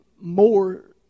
more